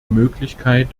möglichkeit